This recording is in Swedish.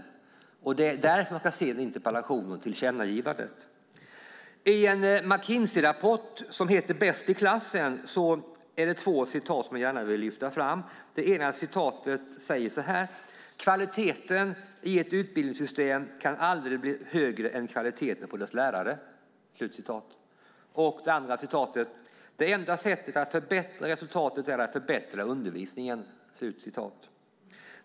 Det är mot den bakgrunden man ska se den här interpellationen och tillkännagivandet. Från en McKinsey-rapport som heter Bäst i klassen vill jag gärna lyfta fram två citat. Det ena citatet lyder: "Kvaliteten i ett utbildningssystem kan aldrig bli högre än kvaliteten på dess lärare." Det andra citatet lyder: "Det enda sättet att förbättra resultatet är att förbättra instruktionen."